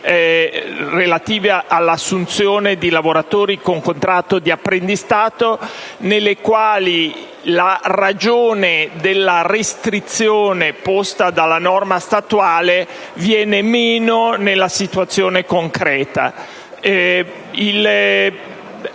relative all’assunzione di lavoratori con contratto di apprendistato, nelle quali la ragione della restrizione posta dalla norma statuale viene meno nella situazione concreta.